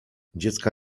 dziecka